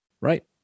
Right